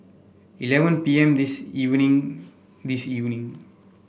eleven P M this evening this evening